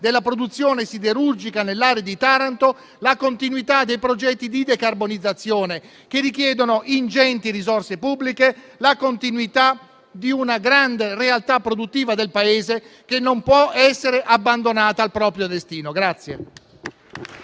della produzione siderurgica nell'area di Taranto, la continuità dei progetti di decarbonizzazione, che richiedono ingenti risorse pubbliche, la continuità di una grande realtà produttiva del Paese che non può essere abbandonata al proprio destino.